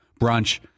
brunch